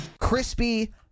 crispy